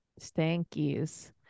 Stankies